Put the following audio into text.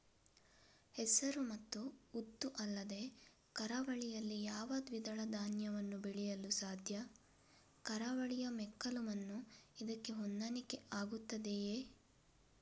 ಹೆಸರು ಮತ್ತು ಉದ್ದು ಅಲ್ಲದೆ ಕರಾವಳಿಯಲ್ಲಿ ಯಾವ ದ್ವಿದಳ ಧಾನ್ಯವನ್ನು ಬೆಳೆಯಲು ಸಾಧ್ಯ? ಕರಾವಳಿಯ ಮೆಕ್ಕಲು ಮಣ್ಣು ಇದಕ್ಕೆ ಹೊಂದಾಣಿಕೆ ಆಗುತ್ತದೆಯೇ?